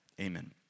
Amen